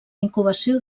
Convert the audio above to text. incubació